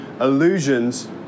illusions